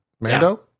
Mando